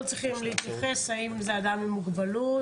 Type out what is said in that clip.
צריכים להתייחס האם זה אדם עם מוגבלות.